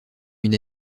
une